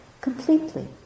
completely